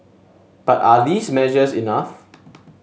but are these measures enough